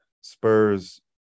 Spurs